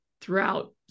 throughout